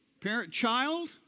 Parent-child